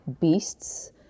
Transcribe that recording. beasts